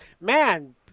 man